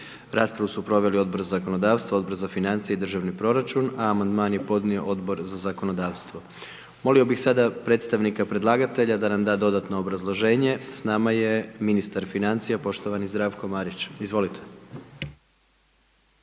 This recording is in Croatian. Raspravu su proveli Odbor za zakonodavstvo, Odbor za financije i državni proračun, a amandman je podnio Odbor za zakonodavstvo. Molio bi sada predstavnika predlagatelja, da nam da dodatno obrazloženje. S nama je ministar financija, poštovani Zdravko Marić, izvolite.